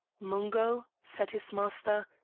mungo! said his master,